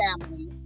family